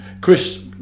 Chris